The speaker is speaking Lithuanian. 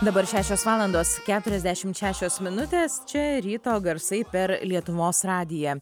dabar šešios valandos keturiasdešimt šešios minutės čia ryto garsai per lietuvos radiją